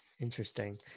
Interesting